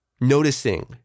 Noticing